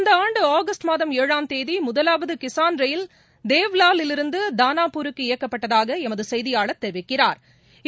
இந்த ஆண்டு ஆகஸ்ட் மாதம் ஏழாம் தேதி முதவாவது கிஷான் ரயில் தேவ்வாலிலிருந்து தானாப்பூருக்கு இயக்கப்பட்டதாக எமது செய்தியாளா் தெரிவிக்கிறாா்